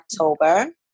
October